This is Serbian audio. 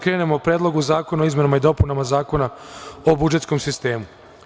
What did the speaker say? Krenu bih o Predlogu zakona o izmenama i dopunama Zakona o budžetskom sistemu.